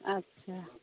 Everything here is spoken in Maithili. अच्छा